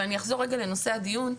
אבל אני אחזור רגע לנושא הדיון.